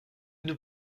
nous